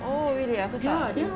oh really ah aku cakap tu